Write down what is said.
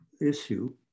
issue